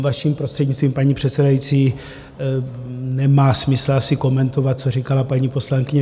Vaším prostřednictvím, paní předsedající, nemá smysl asi komentovat, co říkala paní poslankyně Vildumetzová.